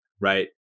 right